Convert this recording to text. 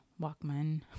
Walkman